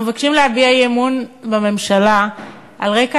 אנחנו מבקשים להביע אי-אמון בממשלה על רקע